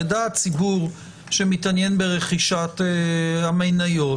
יידע הציבור שמתעניין ברכישת המניות,